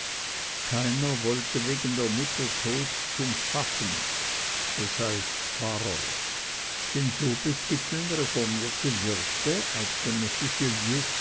keiner wollte wegen der mutter tod zum pfaffen das heißt pfarrer denn so betiteln reformierte wirte